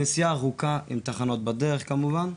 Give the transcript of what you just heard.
נסיעה ארוכה, עם תחנות בדרך כמובן.